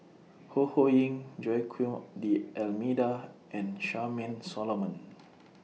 Ho Ho Ying Joaquim D'almeida and Charmaine Solomon